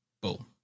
Boom